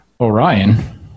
Orion